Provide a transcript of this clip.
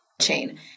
chain